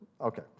Okay